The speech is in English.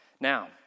Now